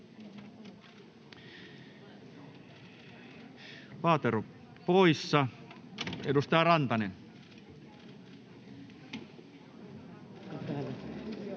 Paatero poissa. — Edustaja Rantanen.